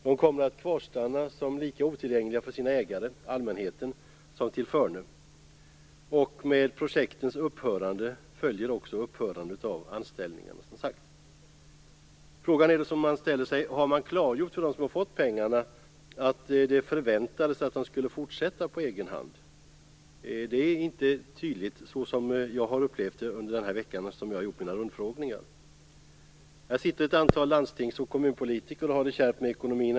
De kommer att kvarstanna som lika otillgängliga för sina ägare, allmänheten, som tillförne. Och med projektens upphörande följer också, som sagt, upphörande av anställningarna. Frågan som man ställer sig är: Har man klargjort för dem som har fått pengarna att det förväntades att de skulle fortsätta på egen hand? Som jag har upplevt det under den här veckan, när jag har gjort mina rundfrågningar, är det inte tydligt. Det finns ett antal landstings och kommunpolitiker som har det kärvt med ekonomin.